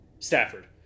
Stafford